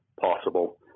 possible